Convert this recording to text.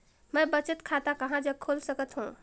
मैं बचत खाता कहां जग खोल सकत हों?